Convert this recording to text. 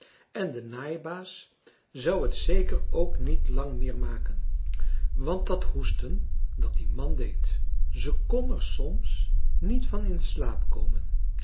en de naaibaas zou het zeker ook niet lang meer maken want dat hoesten dat die man deed ze kon er soms niet van in slaap komen